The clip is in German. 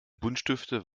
buntstifte